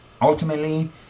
ultimately